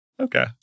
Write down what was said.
Okay